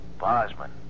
Bosman